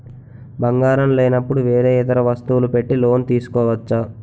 బంగారం లేనపుడు వేరే ఇతర వస్తువులు పెట్టి లోన్ తీసుకోవచ్చా?